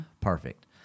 perfect